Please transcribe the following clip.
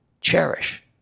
cherish